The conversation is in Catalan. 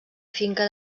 finca